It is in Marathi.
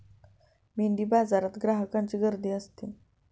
मेंढीबाजारात ग्राहकांची गर्दी असते